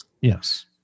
Yes